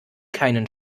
keinen